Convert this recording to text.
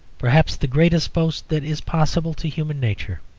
perhaps the greatest boast that is possible to human nature.